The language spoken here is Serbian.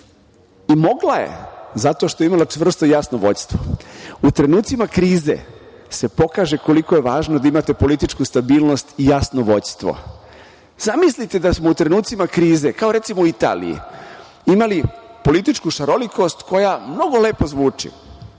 I mogla je, zato što je imala čvrsto i jasno vođstvo. U trenucima se krize se pokaže koliko je važno da imate političku stabilnost i jasno vođstvo. Zamislite da smo u trenucima krize, kao recimo u Italiji, imali političku šarolikost koja mnogo lepo zvuči,